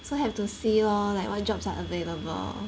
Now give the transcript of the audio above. so have to see lor like what jobs are available